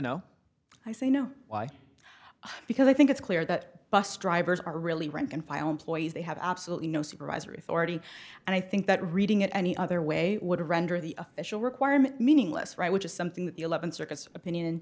no i say no why because i think it's clear that bus drivers are really rank and file employees they have absolutely no supervisory authority and i think that reading it any other way would render the official requirement meaningless right which is something that the eleventh circuit opinion